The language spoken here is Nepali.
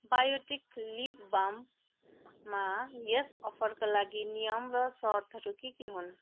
बायोटिक लिप बाममा यस अफरका लागि नियम र सर्तहरू के के हुन्